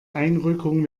einrückung